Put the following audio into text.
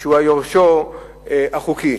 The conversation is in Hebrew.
שהוא יורשו החוקי.